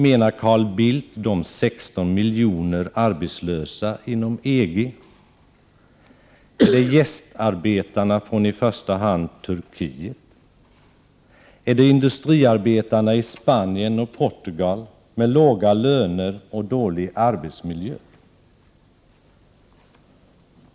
Menar Carl Bildt de 16 miljoner arbetslösa inom EG? Är det gästarbetarna från i första hand Turkiet? Är det industriarbetarna i Spanien och Portugal, med låga löner och dålig arbetsmiljö?